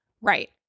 Right